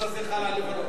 הקוריוז הזה חל על לבנון,